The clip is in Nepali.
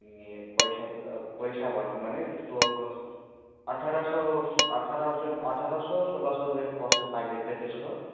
ए पैसा त पैसा भनौँ भने त्यसको अठार सय अठार सय अठार सय सोह्र सय रुपियाँ पर्छ प्याकेट चाहिँ त्यसको